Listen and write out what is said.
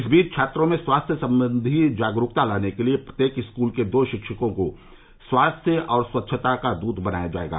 इस बीच छात्रों में स्वास्थ्य संबंधी जागरूकता लाने के लिए प्रत्येक स्कूल के दो शिक्षकों को स्वास्थ्य और स्वच्छता दृत बनाया जाएगा